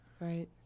right